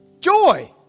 Joy